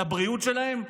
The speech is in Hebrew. לבריאות שלהם?